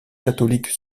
catholique